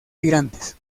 tirantes